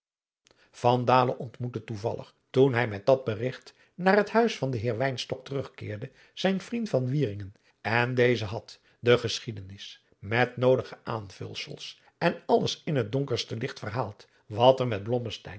ontmoette toevallig toen hij met dat berigt naar het huis van den heer wynstok terugkeerde zijn vriend van wieringen en deze had de geschiedenis met noodige aanvulfels en alles in het donkerste licht verhaald wat er met